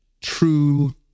true